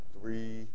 three